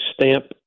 stamp